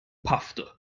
paffte